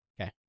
Okay